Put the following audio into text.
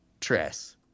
Tress